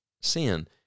sin